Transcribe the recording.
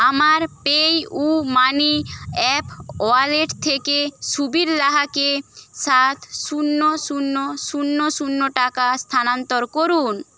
আমার PayU money app wallet থেকে সুবীর লাহাকে সাত শূন্য শূন্য শূন্য শূন্য টাকা স্থানান্তর করুন